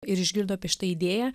ir išgirdo apie šitą idėją